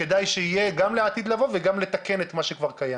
וכדאי שיהיה גם לעתיד לבוא וגם לתקן את הקיים.